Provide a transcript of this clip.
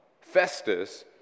Festus